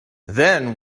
then